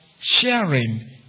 sharing